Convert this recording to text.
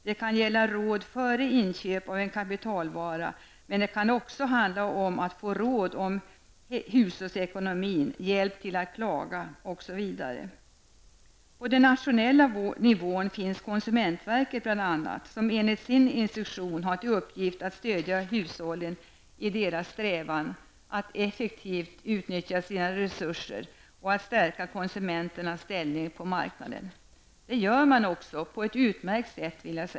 Det kan gälla råd före inköp av en kapitalvara, men det kan också handla om att få råd om hushållsekonomin, hjälp till att klaga osv. På den nationella nivån finns bl.a. konsumentverket som enligt sin instruktion har till uppgift att stödja hushållen i deras strävan att effektivt utnyttja sina resurser och att stärka konsumenternas ställning på marknaden. Det gör man också på ett utmärkt sätt.